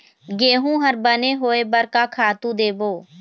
गेहूं हर बने होय बर का खातू देबो?